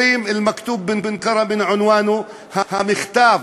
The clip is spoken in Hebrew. אומרים: אל-מכתוב בנקרא מן ענואנו, המכתב,